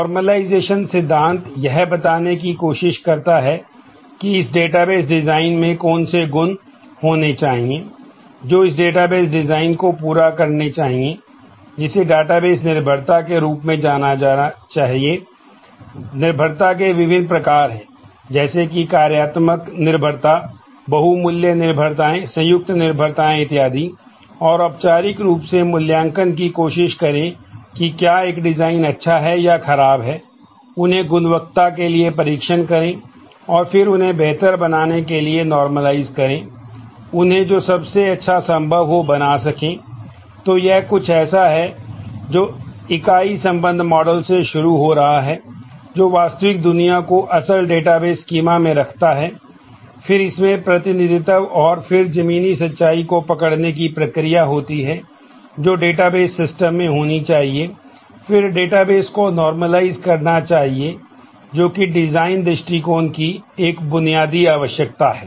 normalisation करना चाहिए जोकि डिजाइन दृष्टिकोण की एक बुनियादी आवश्यकता है